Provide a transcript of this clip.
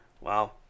Wow